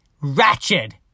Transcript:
ratchet